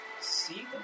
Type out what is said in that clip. see